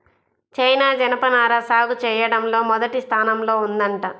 China జనపనార సాగు చెయ్యడంలో మొదటి స్థానంలో ఉందంట